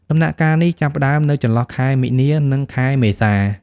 ដំណាក់កាលនេះចាប់ផ្ដើមនៅចន្លោះខែមីនា និងខែមេសា។